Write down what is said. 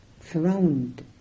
surround